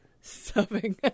Stuffing